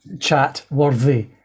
chat-worthy